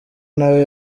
nawe